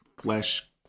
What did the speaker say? flesh